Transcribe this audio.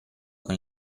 con